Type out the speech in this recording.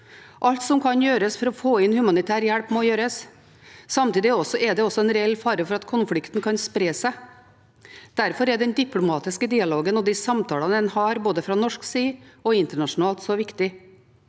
Alt som kan gjøres for å få inn humanitær hjelp, må gjøres. Samtidig er det også en reell fare for at konflikten kan spre seg. Derfor er den diplomatiske dialogen og de samtalene en har både fra norsk side og internasjonalt, så viktig.